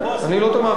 אני לא תמכתי, ודאי.